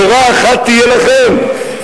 תורה אחת תהיה לכם,